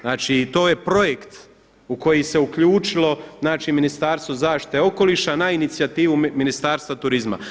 Znači to je projekt u koji se uključilo znači Ministarstvo zaštite okoliša na inicijativu Ministarstvu turizma.